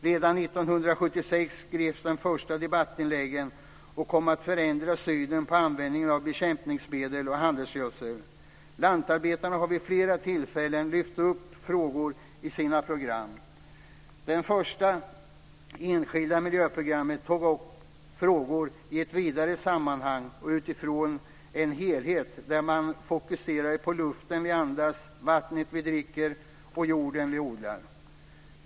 Redan 1976 skrevs de första debattinläggen som kom att förändra synen på användningen av bekämpningsmedel och handelsgödsel. Lantarbetarna har vid flera tillfällen lyft upp frågor i sina program. Det första enskilda miljöprogrammet tog upp frågor i ett vidare sammanhang och utifrån en helhet där man fokuserade på luften vi andas, vattnet vi dricker och jorden vi odlar.